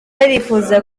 arifuza